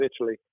Italy